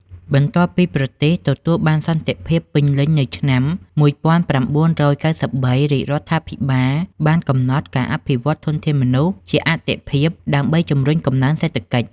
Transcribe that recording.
បន្ទាប់ពីប្រទេសទទួលបានសន្តិភាពពេញលេញនៅឆ្នាំ ១៩៩៣ រាជរដ្ឋាភិបាលបានកំណត់ ការអភិវឌ្ឍធនធានមនុស្ស ជាអាទិភាពដើម្បីជំរុញកំណើនសេដ្ឋកិច្ច។